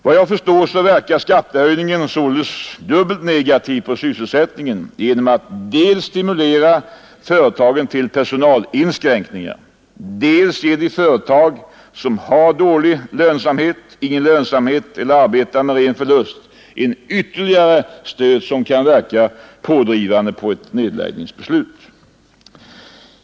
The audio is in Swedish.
Vad jag förstår verkar skattehöjningen alltså dubbelt negativt på sysselsättningen genom att dels stimulera företagen till personalinskränkningar, dels ge de företag som har dålig lönsamhet, ingen lönsamhet eller arbetar med ren förlust en ytterligare stöt som kan verka pådrivande på ett nedläggningsbeslut.